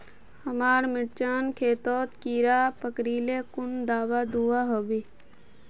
हमार मिर्चन खेतोत कीड़ा पकरिले कुन दाबा दुआहोबे?